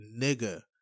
nigger